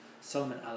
Solomon